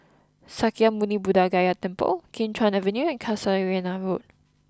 Sakya Muni Buddha Gaya Temple Kim Chuan Avenue and Casuarina Road